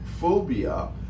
phobia